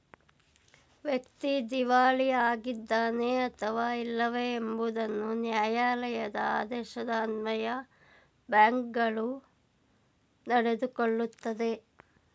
ವ್ಯಕ್ತಿ ದಿವಾಳಿ ಆಗಿದ್ದಾನೆ ಅಥವಾ ಇಲ್ಲವೇ ಎಂಬುದನ್ನು ನ್ಯಾಯಾಲಯದ ಆದೇಶದ ಅನ್ವಯ ಬ್ಯಾಂಕ್ಗಳು ನಡೆದುಕೊಳ್ಳುತ್ತದೆ